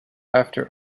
after